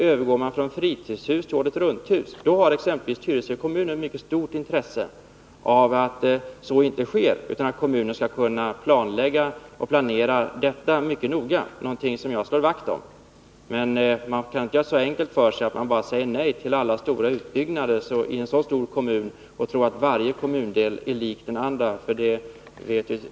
Övergår man från fritidshus till året-runt-hus? Exempelvis Tyresö kommun har ett mycket stort intresse av att så inte sker utan att kommunen skall kunna planlägga och planera detta mycket noga — något som jag slår vakt om. Men man kan inte göra det så enkelt för sig att man bara säger nej till alla stora utbyggnader i en så stor kommun och tror att varje kommundel är lik den andra.